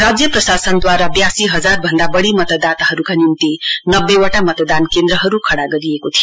राज्य प्रशासनद्वारा ब्यासी हजार भन्दा बढी मतदाताहरूका निम्ति नब्बेवटा मतदान केन्द्रहरू खडा गरिएको थियो